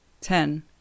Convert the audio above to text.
ten